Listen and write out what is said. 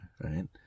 Right